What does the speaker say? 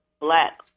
black